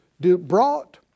brought